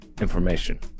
information